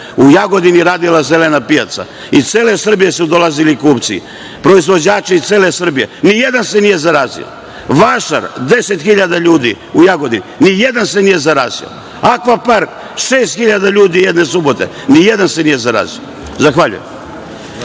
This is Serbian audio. u Jagodini je radila zelena pijaca. Iz cele pijace su dolazili kupci, proizvođači iz cele Srbije, a nijedan se nije zarazio. Vašar - 10.000 ljudi u Jagodini, nijedan se nije zarazio. Akva park - 6.000 ljudi jedne subote, nijedan se nije zarazio. Zahvaljujem.